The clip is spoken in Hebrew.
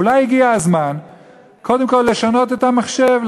אולי הגיע הזמן קודם כול לשנות את המחשב,